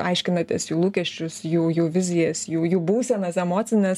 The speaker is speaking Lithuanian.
aiškinatės jų lūkesčius jų jų vizijas jų jų būsenas emocines